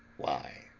why,